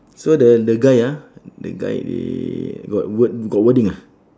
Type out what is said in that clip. so the the guy ah the guy got word got wording ah